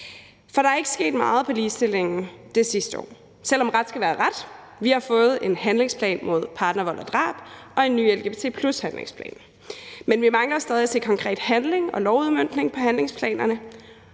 For der er ikke sket meget med ligestillingen det sidste år, selv om ret skal være ret: Vi har fået en handlingsplan mod partnervold og -drab og en ny lgbt+handlingsplan. Men vi mangler stadig at se konkret handling og lovudmøntning på baggrund af handlingsplanerne.